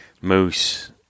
moose